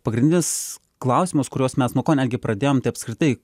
pagrindinis klausimas kuriuos mes nuo ko netgi pradėjom tai apskritai